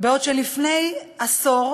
בעוד שלפני עשור